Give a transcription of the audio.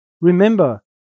Remember